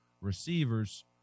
receivers